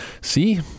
See